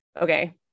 Okay